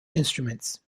instruments